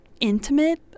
intimate